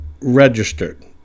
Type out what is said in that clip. registered